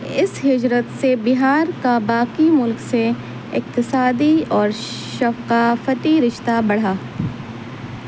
اس حجرت سے بہار کا باقی ملک سے اقتصادی اور شقافتی رشتہ بڑھا